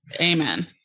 Amen